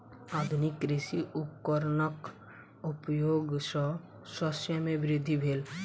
आधुनिक कृषि उपकरणक उपयोग सॅ शस्य मे वृद्धि भेल